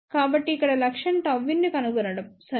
కాబట్టి ఇక్కడ లక్ష్యం Γin ను కనుగొనడం సరే